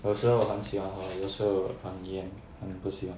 有时候很喜欢喝有时候很严很不喜欢